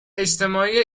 اجتماعی